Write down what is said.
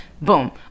boom